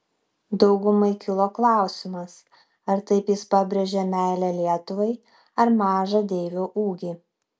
daugumai kilo klausimas ar taip jis pabrėžė meilę lietuvai ar mažą deivio ūgį